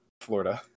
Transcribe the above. Florida